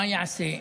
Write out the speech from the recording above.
מה ייעשה.